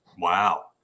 Wow